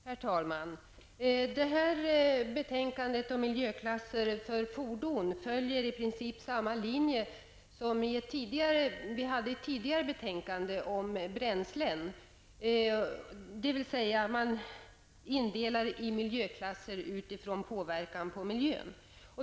Herr talman! Detta betänkande om miljöklasser för fordon följer i princip samma linje som ett tidigare betänkande om bränslen, dvs. man indelar i miljöklasser utifrån påverkan på miljön.